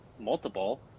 multiple